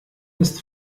ist